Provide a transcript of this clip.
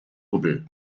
hubbel